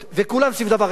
כולם סביב דבר אחד: